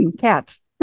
cats